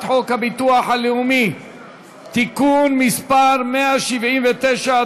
חוק הביטוח הלאומי (תיקון מס' 179),